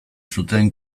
zuten